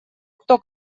кто